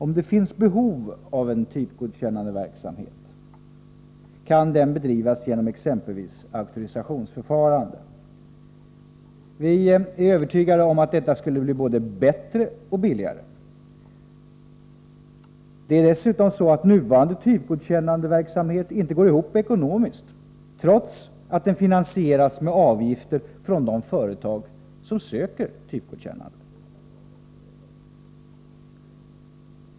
Om det finns behov av typgodkännandeverksamhet kan den bedrivas genom exempelvis auktorisationsförfarande. Vi är övertygade om att detta skulle bli både bättre och billigare. Det är dessutom så att nuvarande typgodkännandeverksamhet inte går ihop ekonomiskt, trots att den finansieras med avgifter från de företag som söker typgodkännande.